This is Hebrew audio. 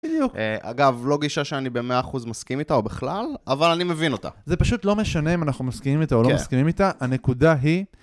אגב, לא גישה שאני ב-100% מסכים איתה, או בכלל, אבל אני מבין אותה. זה פשוט לא משנה אם אנחנו מסכימים איתה או לא מסכימים איתה, הנקודה היא...